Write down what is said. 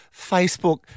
Facebook